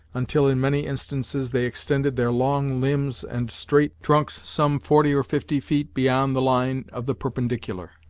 until, in many instances they extended their long limbs and straight trunks some forty or fifty feet beyond the line of the perpendicular.